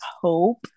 hope